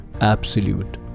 absolute